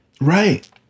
Right